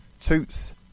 Toots